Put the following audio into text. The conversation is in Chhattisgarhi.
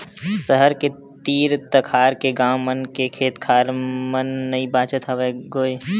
सहर के तीर तखार के गाँव मन के खेत खार मन नइ बाचत हवय गोय